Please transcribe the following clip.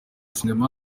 sinema